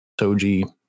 Soji